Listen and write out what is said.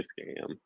scam